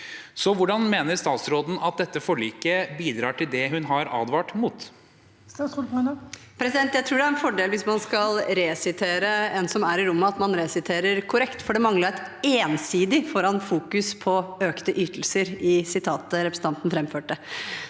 Hvordan mener statsråden at dette forliket bidrar til det hun har advart mot? Statsråd Tonje Brenna Jeg tror det er en fordel hvis man skal resitere en som er i rommet, at man resiterer korrekt, for det manglet et «ensidig» foran fokus på økte ytelser i sitatet representanten framførte.